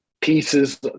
pieces